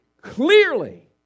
clearly